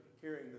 hearing